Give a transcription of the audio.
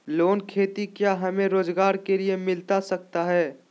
Loan खेती क्या हमें रोजगार के लिए मिलता सकता है?